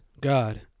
God